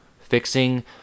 fixing